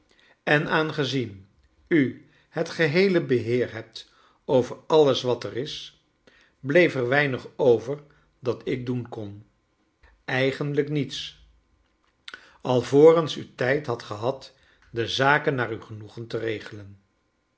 en aangezien u het geheele beheer hebt over alles wat er is bleef er weinig over dat ik doen kon eigenlijk niets alvoreus u tijd hadt gehad de zaken naar uw genoegen te regelen